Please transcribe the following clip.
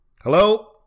Hello